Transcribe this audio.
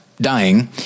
dying